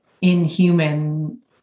inhuman